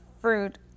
fruit